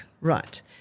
Right